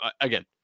again